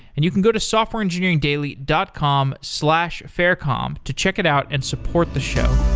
and you can go to softwareengineeringdaily dot com slash faircom to check it out and support the show